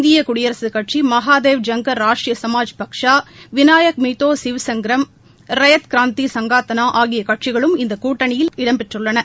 இந்திய குடியரசுகட்சி மகாதேவ் ஜங்கர் ராஷ்ட்ரீய சமாஜ் பாக்ஷா விநாயக் மீட்டோ சிவ்சங்க்ரம் ரயத் கிராந்தி சங்காத்தனா ஆகிய கட்சிகளும் இந்த கூட்டணியில் இடம்பெற்றுளளன